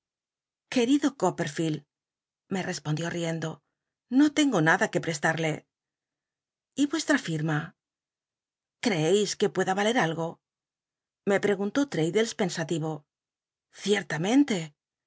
querido copperficld me respondió tiendo no cngo nada que l'estarle l y vuoslra irma crceis que pueda rnlcl algo mo ptc untú traddles pensativo ciertamente